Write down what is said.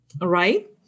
right